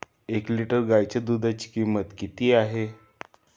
एक लिटर गाईच्या दुधाची किंमत किती आहे?